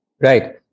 Right